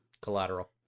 Collateral